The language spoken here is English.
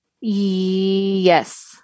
Yes